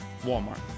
Walmart